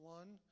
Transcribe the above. one